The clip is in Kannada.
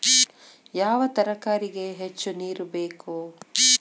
ಯಾವ ತರಕಾರಿಗೆ ಹೆಚ್ಚು ನೇರು ಬೇಕು?